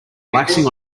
relaxing